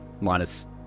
minus